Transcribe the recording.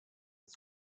his